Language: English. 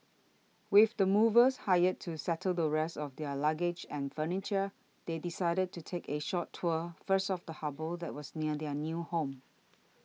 with the movers hired to settle the rest of their luggage and furniture they decided to take a short tour first of the harbour that was near their new home